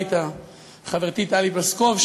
חברתי טלי פלוסקוב,